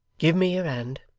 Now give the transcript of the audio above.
give me your hand